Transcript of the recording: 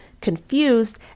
confused